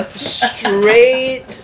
Straight